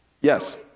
yes